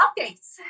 updates